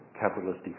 capitalist